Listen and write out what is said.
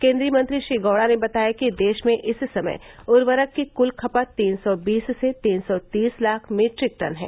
केन्द्रीय मंत्री श्री गौड़ा ने बताया कि देश में इस समय उर्वरक की कुल खपत तीन सौ बीस से तीन सौ तीस लाख मीट्रिक टन है